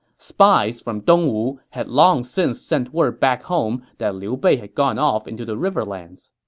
spies from dongwu had long since sent word back home that liu bei had gone off into the riverlands.